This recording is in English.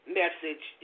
message